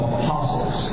apostles